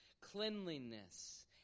cleanliness